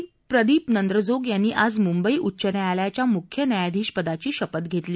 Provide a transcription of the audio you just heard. न्यायमूर्ती प्रदीप नंद्रजोग यांनी आज मुंबई उच्च न्यायालयाच्या मुख्य न्यायाधीश पदाची शपथ घेतली